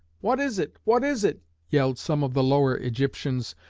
what is it what is it yelled some of the lower egyptians,